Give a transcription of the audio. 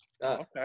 Okay